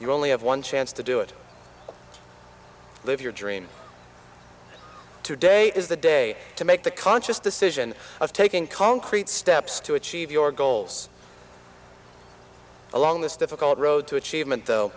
you only have one chance to do it live your dream today is the day to make the conscious decision of taking concrete steps to achieve your goals along this difficult road to achievement though